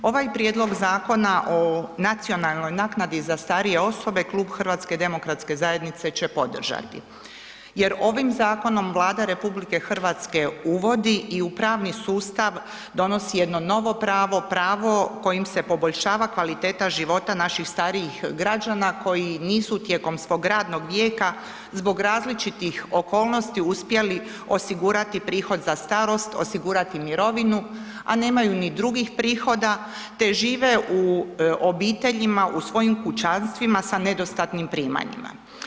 Ovaj Prijedlog Zakona o nacionalnoj naknadi za starije osobe Klub HDZ-a će podržati jer ovim zakonom Vlada RH uvodi i u pravni sustav donosi jedno novo pravo, pravo kojim se poboljšava kvaliteta života našim starijih građana koji nisu tijekom svog radnog vijeka zbog različitih okolnosti uspjeli osigurati prihod za starost, osigurati mirovinu a nemaju ni drugih prihoda te žive u obiteljima, u svojim kućanstvima sa nedostatnim primanjima.